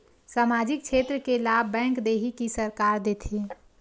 सामाजिक क्षेत्र के लाभ बैंक देही कि सरकार देथे?